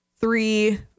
Three